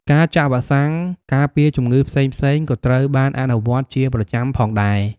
ការចាក់វ៉ាក់សាំងការពារជំងឺផ្សេងៗក៏ត្រូវបានអនុវត្តជាប្រចាំផងដែរ។